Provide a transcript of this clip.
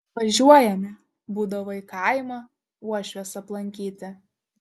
važiuojame būdavo į kaimą uošvės aplankyti